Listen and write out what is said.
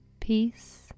peace